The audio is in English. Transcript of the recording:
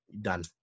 done